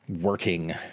working